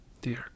Dear